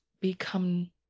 become